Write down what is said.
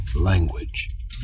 language